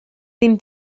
ddim